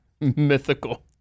Mythical